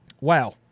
Wow